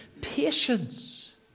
patience